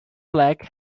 black